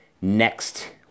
next